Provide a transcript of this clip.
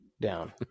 down